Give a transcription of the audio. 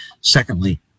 Secondly